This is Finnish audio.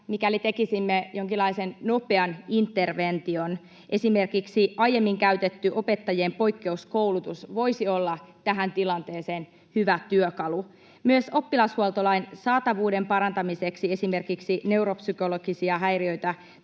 mikäli tekisimme jonkinlaisen nopean intervention. Esimerkiksi aiemmin käytetty opettajien poikkeuskoulutus voisi olla tähän tilanteeseen hyvä työkalu. Myös oppilashuoltolain saatavuuden parantamiseksi esimerkiksi neuropsykologisia häiriöitä